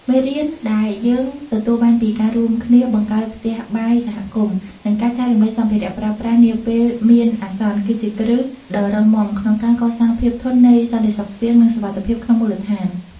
មេរៀនដែលយើងទទួលបានពីការរួមគ្នាបង្កើតផ្ទះបាយសហគមន៍ និងការចែករំលែកសម្ភារៈប្រើប្រាស់នាពេលមានអាសន្ន គឺជាគ្រឹះដ៏សំខាន់ក្នុងការកសាងភាពធន់នៃសន្តិសុខស្បៀង និងសុវត្ថិភាពក្នុងមូលដ្ឋាន។